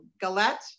galette